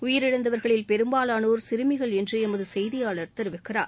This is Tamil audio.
உயிரிழந்தவர்களில் பெரும்பாவானோர் சிறுமிகள் என்று எமது செய்தியாளர் தெரிவிக்கிறார்